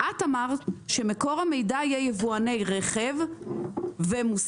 את אמרת שמקור המידע יהיה יבואני רכב ומוסכים,